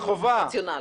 החובה.